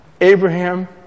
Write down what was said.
Abraham